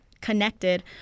connected